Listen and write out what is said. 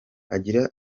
agira